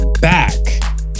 back